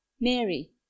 Mary